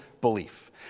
belief